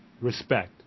Respect